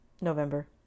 November